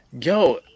Yo